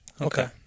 Okay